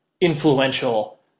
influential